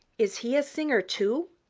is he a singer, too?